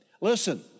listen